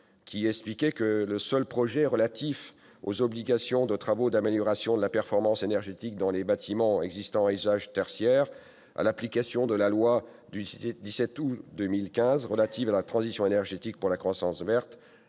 seul projet de décret relatif aux obligations de travaux d'amélioration de la performance énergétique dans les bâtiments existants à usage tertiaire, en application de la loi du 17 août 2015 relative à la transition énergétique pour la croissance verte,